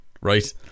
right